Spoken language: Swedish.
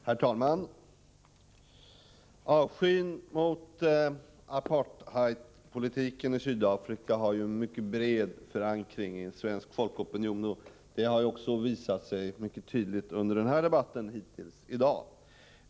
Herr talman! Avskyn mot apartheidpolitiken i Sydafrika har en mycket bred förankring i svensk folkopinion. Det har också visat sig mycket tydligt under denna debatt i dag.